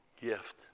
gift